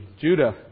Judah